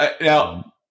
Now